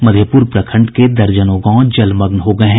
मधेपुर प्रखंड के दर्जनों गांव जलमग्न हो गये हैं